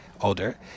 older